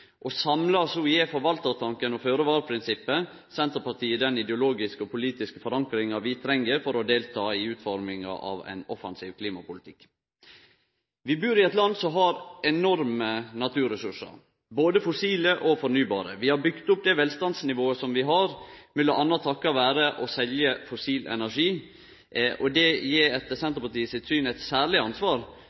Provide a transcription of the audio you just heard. grunn. Samla sett gjev forvaltartanken og føre-var-prinsippet Senterpartiet den ideologiske og politiske forankringa som vi treng for å delta i utforminga av ein offensiv klimapolitikk. Vi bur i eit land som har enorme naturressursar, både fossile og fornybare. Vi har bygd opp det velstandsnivået vi har, m.a. ved å selje fossil energi. Etter Senterpartiet sitt syn gjev dette oss eit særleg ansvar